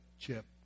chip